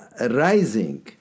rising